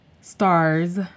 Stars